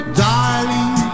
darling